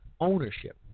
ownership